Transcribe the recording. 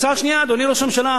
הצעה שנייה, אדוני ראש הממשלה: